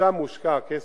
ושם מושקע הכסף.